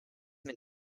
been